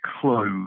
close